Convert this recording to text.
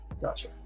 Gotcha